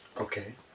Okay